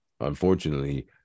unfortunately